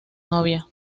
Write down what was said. novia